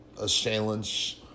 assailants